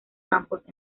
campos